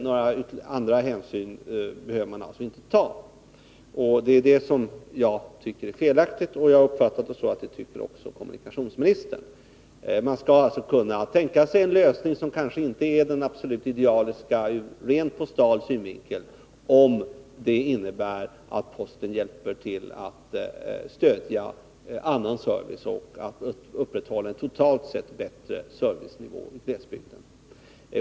Några andra hänsyn behöver man alltså inte ta. Det är det som jag tycker är felaktigt. Även kommunikationsministern verkar vara av den uppfattningen. Man skall alltså kunna tänka sig en lösning som kanske inte är den absolut idealiska ur rent postal synvinkel, om det innebär att posten medverkar till att stödja annan service och till att upprätthålla en totalt sett bättre service i glesbygden.